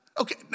Okay